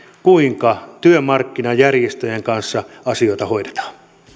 kuinka työmarkkinajärjestöjen kanssa asioita hoidetaan